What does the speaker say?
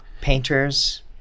painters